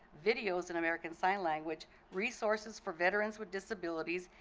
videos in american sign language, resources for veterans with disabilities,